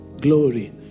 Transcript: glory